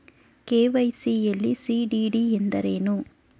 KYC ಯಲ್ಲಿ CDD ಎಂದರೇನು?